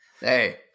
hey